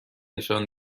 نشان